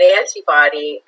antibody